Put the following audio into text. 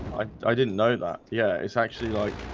i didn't know that. yeah, it's actually like